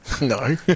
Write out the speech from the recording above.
No